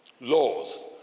Laws